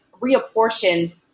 reapportioned